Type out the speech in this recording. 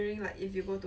oh